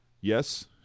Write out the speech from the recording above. yes